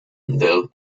del